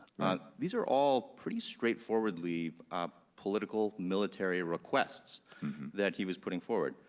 these are all pretty straightforwardly political, military requests that he was putting forward.